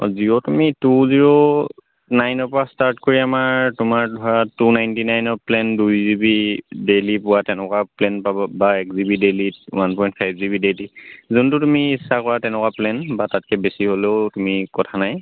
জিঅ' তুমি two zero নাইনৰ পৰা ষ্টাৰ্ট কৰি আমাৰ তোমাৰ ধৰা টু নাইনটি নাইনৰ প্লেন দুই জিবি ডেইলি পোৱা তেনেকুৱা প্লেন পাবা বা এক GB daily one point five GB daily যোনটো তুমি ইচ্ছা কৰা তেনেকুৱা প্লেন বা তাতকৈ বেছি হ'লেও তুমি কথা নাই